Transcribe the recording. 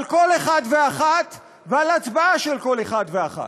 על כל אחד ואחת ועל ההצבעה של כל אחד ואחת.